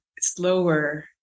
slower